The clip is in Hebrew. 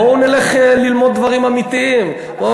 בואו ונלך ללמוד דברים אמיתיים עם